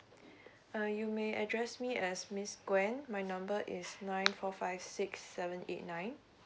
uh you may address me as miss gwen my number is nine four five six seven eight nine